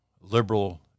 liberal